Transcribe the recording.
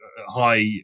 high